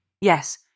Yes